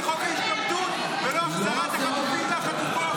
חוק ההשתמטות ולא החזרת החטופים והחטופות.